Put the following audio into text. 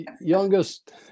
youngest